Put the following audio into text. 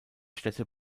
städte